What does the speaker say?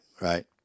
right